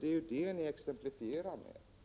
Det är ju det ni exemplifierar här.